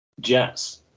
Jets